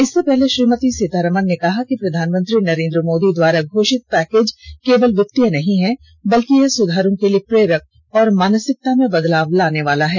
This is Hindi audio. इससे पहले श्रीमति सीतारमण ने कहा कि प्रधानमंत्री नरेन्द्र मोदी द्वारा घोषित पैकेज केवल वित्तीय नहीं है बल्कि यह सुधारो के लिए प्रेरक और मानसिकता में बदलाव लाने वाला है